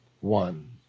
one